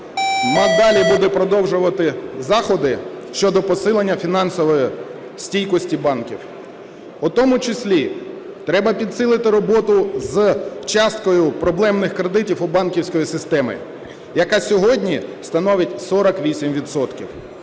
надалі буде продовжувати заходи щодо посилення фінансової стійкості банків, у тому числі треба підсилити роботу з часткою проблемних кредитів у банківській системі, яка сьогодні становить 48